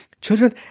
Children